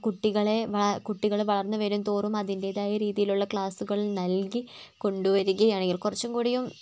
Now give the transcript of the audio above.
കുട്ടികളെ വള കുട്ടികൾ വളർന്ന് വരും തോറും അതിൻ്റെതായ രീതിയിലുള്ള ക്ലാസ്സുകൾ നൽകി കൊണ്ട് വരുകയാണെങ്കിൽ കുറച്ചും കൂടിയും